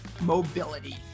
mobility